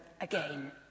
again